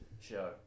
show